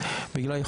בקהילה,